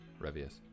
Revius